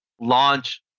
launch